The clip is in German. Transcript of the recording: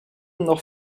noch